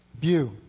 view